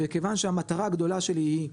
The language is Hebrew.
וכיוון שהמטרה הגדולה שלי היא,